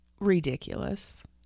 ridiculous